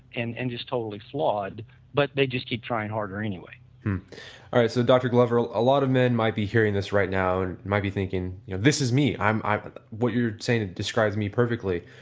and and just totally flawed but they just keep trying harder anyway alright. so, dr. glover a ah lot of men might be hearing this right now and might be thinking you know this is me, i'm i'm what you're saying describes me perfectly.